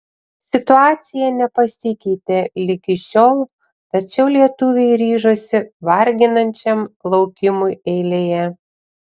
situacija nepasikeitė ligi šiol tačiau lietuviai ryžosi varginančiam laukimui eilėje